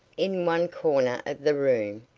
in one corner of the room,